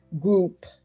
group